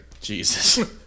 Jesus